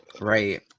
Right